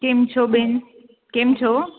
કેમ છો બેન કેમ છો